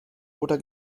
oder